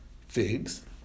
figs